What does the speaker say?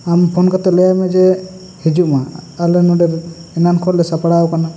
ᱟᱢ ᱯᱷᱳᱱ ᱠᱟᱛᱮ ᱞᱟᱹᱭ ᱟᱭ ᱢᱮ ᱡᱮ ᱦᱤᱡᱩᱜᱼᱢᱟ ᱟᱞᱮ ᱱᱚᱰᱮ ᱮᱱᱟᱱ ᱠᱷᱚᱱ ᱞᱮ ᱥᱟᱯᱲᱟᱣ ᱟᱠᱟᱱᱟ